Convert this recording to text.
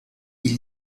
ils